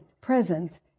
presence